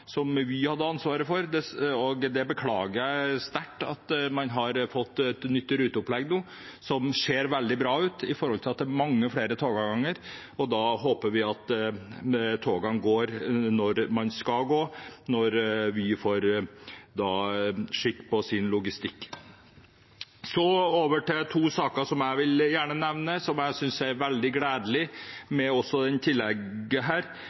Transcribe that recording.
som Vy hadde ansvaret for. Det beklager jeg sterkt. Man har nå fått et nytt ruteopplegg som ser veldig bra ut, ved at det er mange flere togavganger, og da håper vi at togene går når de skal gå, når Vy får skikk på logistikken sin. Så til to saker som jeg gjerne vil nevne, og som jeg synes er veldig gledelig